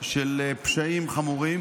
של פשעים חמורים.